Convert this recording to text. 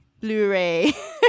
Blu-ray